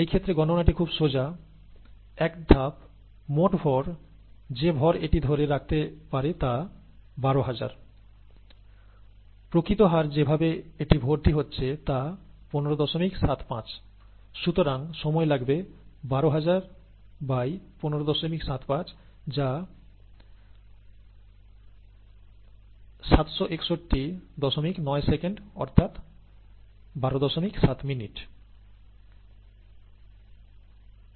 এই ক্ষেত্রে গণনাটি খুব সোজা এক ধাপ মোট ভর যে ভর এটি ধরে রাখতে পারে তা 12000 প্রকৃত হার যেভাবে এটি ভর্তি হচ্ছে তা 1575 সুতরাং সময় লাগবে 120001575 যা 7619 s অর্থাৎ127 min